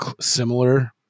similar